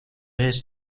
his